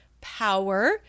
power